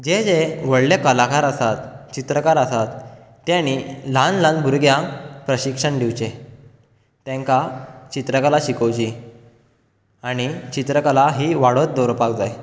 जे जे व्हडले कलाकार आसात चित्रकार आसात तेणी ल्हान ल्हान भुरग्यांक प्रशिक्षण दिवचे तेंका चित्रकला शिकोवची आनी चित्रकला ही वाडत दवरपाक जाय